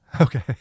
Okay